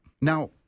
Now